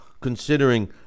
considering